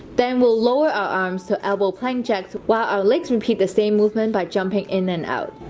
then we'll lower our arms to elbow plank jacks while our legs repeat the same movement by jumping in and out